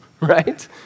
right